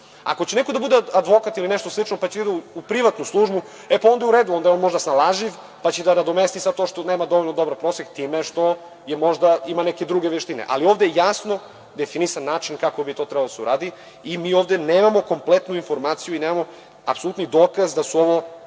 Ako će neko da bude advokat ili nešto slično, pa će ići u privatnu službu, onda je u redu, onda je on možda snalažljiv, pa će da nadomesti to što nema dovoljno dobar prosek time što ima neke druge veštine. Ovde je ipak jasno definisan način kako bi to trebalo da se uradi i mi ovde nemamo kompletnu informaciju i nemamo apsolutni dokaz da su ovo